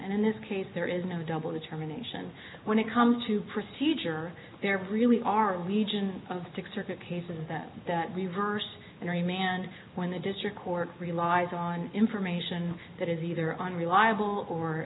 and in this case there is no double determination when it comes to procedure there really are region of six circuit cases that reversed and remanded when the district court relies on information that is either unreliable or